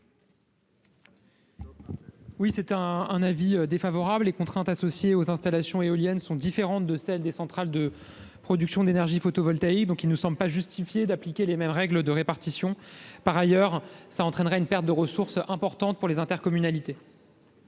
? L'avis est défavorable. Les contraintes associées aux installations éoliennes sont différentes de celles des centrales de production d'énergie photovoltaïque. Il ne nous semble pas justifié d'appliquer les mêmes règles de répartition. Par ailleurs, une telle mesure entraînerait une perte de ressources importantes pour les intercommunalités.